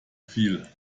viel